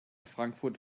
frankfurt